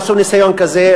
עשו ניסיון כזה,